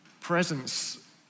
presence